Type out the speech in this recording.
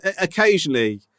occasionally